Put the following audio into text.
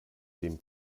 dem